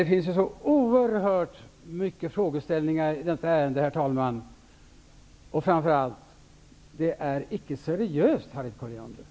Det finns oerhört många frågor, men framför allt är detta inte seriöst, Harriet Colliander.